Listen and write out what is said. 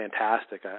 fantastic